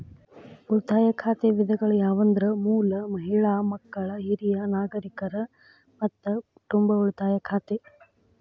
ಉಳಿತಾಯ ಖಾತೆ ವಿಧಗಳು ಯಾವಂದ್ರ ಮೂಲ, ಮಹಿಳಾ, ಮಕ್ಕಳ, ಹಿರಿಯ ನಾಗರಿಕರ, ಮತ್ತ ಕುಟುಂಬ ಉಳಿತಾಯ ಖಾತೆ